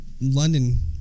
London